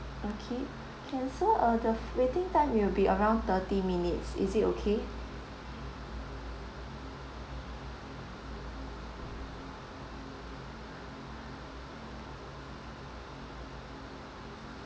okay can so uh the f~ waiting time will be around thirty minutes is it okay